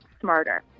smarter